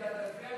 הצעת